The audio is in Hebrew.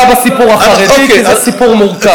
אני אגע בסיפור החרדי, כי זה סיפור מורכב.